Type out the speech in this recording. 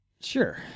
Sure